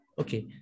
Okay